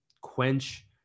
quench